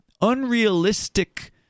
unrealistic